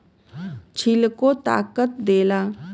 छिलको ताकत देला